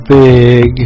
big